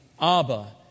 Abba